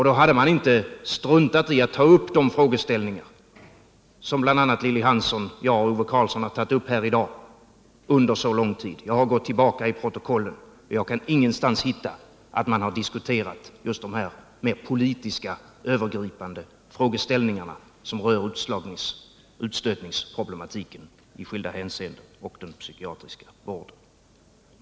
Då hade man inte under en så här lång tid struntat i att ta upp de frågeställningar som bl.a. Lilly Hansson, jag och Ove Karlsson i dag har tagit upp. Jag har gått tillbaka till protokollen, och jag kan ingenstans hitta att man diskuterat de här politiska övergripande frågeställningarna som rör utstötningsproblematiken i skilda hänseenden och den psykiatriska vården.